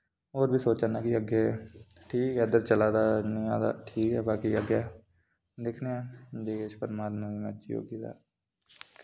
और बी सोचना कि अग्गै ठीक ऐ इद्धर चला दा ठीक ऐ बाकी अग्गै दिक्खने आं जे किश परमात्मा दी मर्जी होगी ते